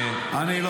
עכשיו לגופו של עניין.